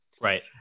right